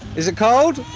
is it cold?